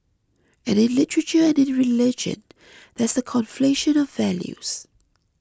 and in literature and in religion there's the conflation of values